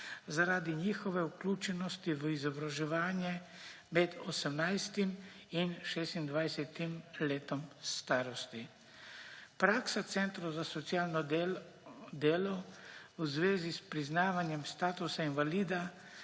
zaradi njihove vključenosti v izobraževanje med 18. in 26. letom starosti. Praksa centrov za socialno delo v zvezi s priznavanjem statusa invalida